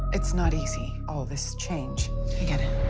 it's not easy, all this change. i get it.